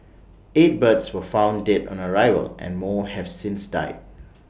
eight birds were found dead on arrival and more have since died